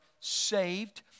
saved